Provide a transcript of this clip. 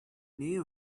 nähe